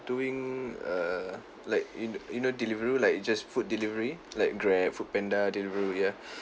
doing err like you kn~ you know delivery like just food delivery like Grab Foodpanda Deliveroo ya